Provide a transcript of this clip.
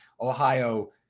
Ohio –